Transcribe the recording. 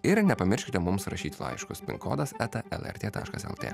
ir nepamirškite mums rašyti laiškus pin kodas eta lrt taškas lt